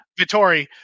Vittori